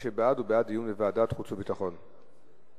ההצעה להעביר את הנושא לוועדת החוץ והביטחון נתקבלה.